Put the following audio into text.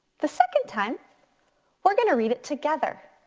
the second time we're gonna read it together.